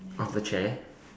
off the chair